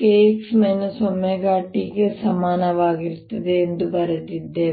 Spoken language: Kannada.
kx ωt ಗೆ ಸಮಾನವಾಗಿರುತ್ತದೆ ಎಂದು ಬರೆದಿದ್ದೇವೆ